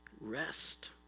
Rest